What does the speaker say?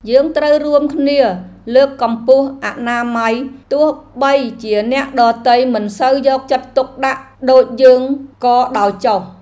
យើងត្រូវរួមគ្នាលើកកម្ពស់អនាម័យទោះបីជាអ្នកដទៃមិនសូវយកចិត្តទុកដាក់ដូចយើងក៏ដោយចុះ។